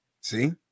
See